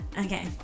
Okay